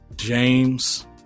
James